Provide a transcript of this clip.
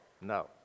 No